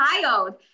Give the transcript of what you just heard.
child